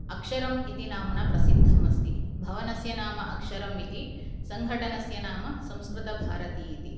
अक्षरम् इति नाम्ना प्रसिद्धम् अस्ति भवनस्य नाम अक्षरम् इति सङ्घटनस्य नाम संस्कृतभारती इति